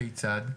כיצד?